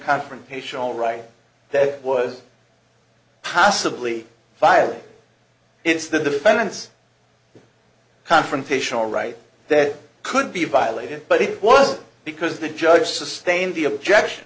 confrontational right that was possibly filed it's the defendant's confrontational right that could be violated but it was because the judge sustain the object